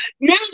Now